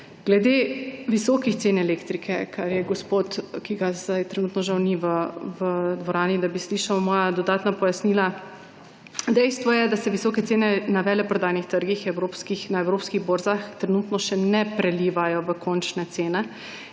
Glede visokih cen elektrike bi povedala, žal zdaj trenutno gospoda ni v dvorani, da bi slišal moja dodatna pojasnila. Dejstvo je, da se visoke cene na veleprodajnih trgih, na evropskih borzah trenutno še ne prelivajo v končne cene.